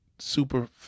Super